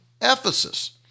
Ephesus